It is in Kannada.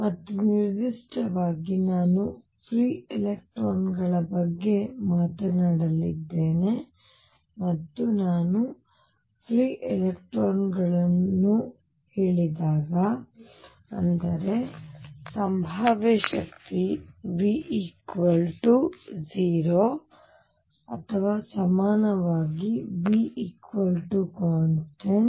ಮತ್ತು ನಿರ್ದಿಷ್ಟವಾಗಿ ನಾನು ಫ್ರೀ ಎಲೆಕ್ಟ್ರಾನ್ಗಳ ಬಗ್ಗೆ ಮಾತನಾಡಲಿದ್ದೇನೆ ಮತ್ತು ನಾನು ಫ್ರೀ ಎಲೆಕ್ಟ್ರಾನ್ ಗಳನ್ನು ಹೇಳಿದಾಗ ಅಂದರೆ ಸಂಭಾವ್ಯ ಶಕ್ತಿ V 0 ಅಥವಾ ಸಮಾನವಾಗಿ V ಕಾನ್ಸ್ಟಂಟ್